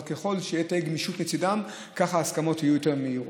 אבל ככל שתהיה יותר גמישות מצידם כך ההסכמות יהיו יותר מהירות.